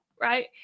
right